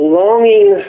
longing